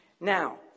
Now